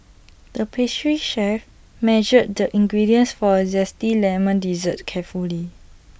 the pastry chef measured the ingredients for A Zesty Lemon Dessert carefully